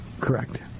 correct